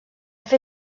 fer